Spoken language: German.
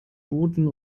boden